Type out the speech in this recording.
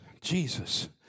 Jesus